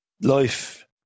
life